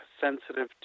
sensitive